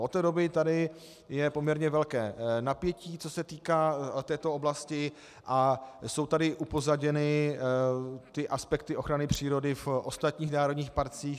Od té doby je tady poměrně velké napětí, co se týká této oblasti, a jsou tady upozaděny aspekty ochrany přírody v ostatních národních parcích.